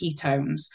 ketones